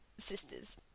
sisters